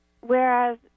Whereas